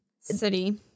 city